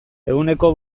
ehuneko